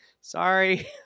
sorry